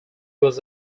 was